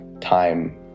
time